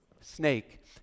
snake